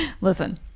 Listen